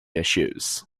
issues